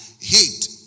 hate